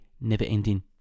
never-ending